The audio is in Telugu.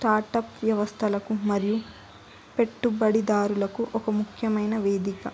స్టార్ట్అప్ వ్యవస్థలకు మరియు పెట్టుబడిదారులకు ఒక ముఖ్యమైన వేదిక